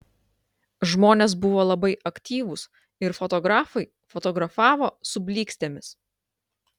žmonės buvo labai aktyvūs ir fotografai fotografavo su blykstėmis